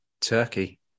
Turkey